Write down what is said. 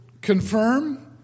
confirm